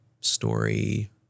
story